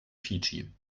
fidschi